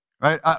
right